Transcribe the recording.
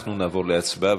אנחנו נעבור להצבעה,